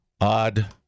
odd